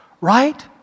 right